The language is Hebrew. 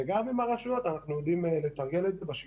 וגם עם הרשויות אנחנו יודעים לתרגל את זה בשגרה.